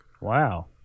Wow